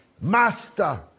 master